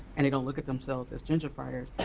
and they don't look at themselves as gentrifiers.